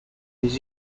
his